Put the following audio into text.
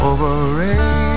Overrated